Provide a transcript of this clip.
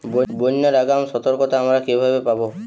বন্যার আগাম সতর্কতা আমরা কিভাবে পাবো?